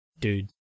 dude